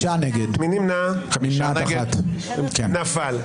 הצבעה לא אושרה נפל.